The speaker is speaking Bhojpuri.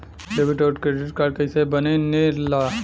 डेबिट और क्रेडिट कार्ड कईसे बने ने ला?